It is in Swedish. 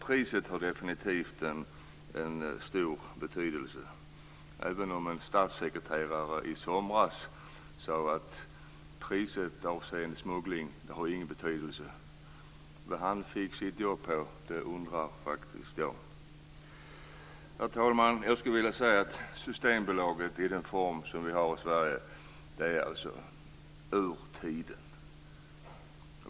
Priset har definitivt en stor betydelse - även om en statssekreterare i somras sade att priset inte har någon betydelse avseende smuggling. Vad han fick sitt jobb på undrar jag faktiskt. Herr talman! Systembolaget i den form vi har i Sverige är ur tiden.